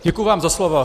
Děkuji vám za slovo.